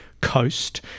coast